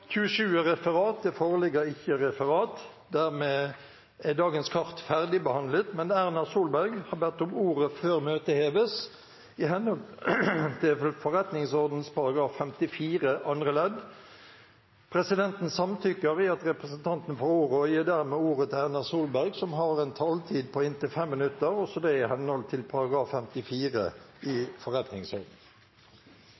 Det foreligger ikke noe referat. Dermed er dagens kart ferdigbehandlet. Forlanger noen ordet før møtet heves? – Representanten Erna Solberg har bedt om ordet. Presidenten gir dermed ordet til Erna Solberg i henhold til § 54 andre ledd i Stortingets forretningsorden. Representanten har en taletid på inntil 5 minutter, også det er i henhold til § 54 i